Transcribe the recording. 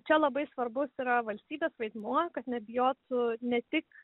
čia labai svarbus yra valstybės vaidmuo kad nebijotų ne tik